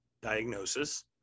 diagnosis